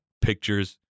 pictures